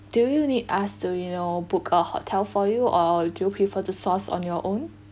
do you need us to you know book a hotel for you or do you prefer to source on your own